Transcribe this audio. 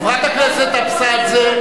חברת הכנסת אבסדזה,